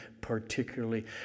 particularly